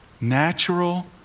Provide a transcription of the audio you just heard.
natural